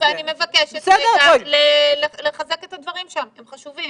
ואני מבקשת לחזק את הדברים כי הם חשובים.